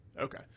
Okay